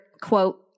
quote